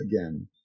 again